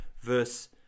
verse